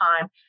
time